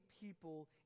people